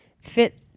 fit